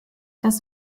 das